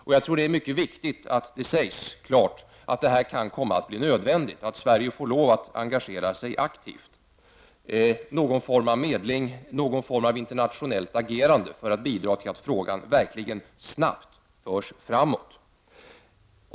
Jag tror att det är mycket viktigt att det klart sägs att det kan bli nödvändigt att Sverige får lov att engagera sig aktivt — någon form av medling och någon form av internationellt agerande för att man skall bidra till att frågan verkligen snabbt förs framåt.